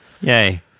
Yay